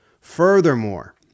Furthermore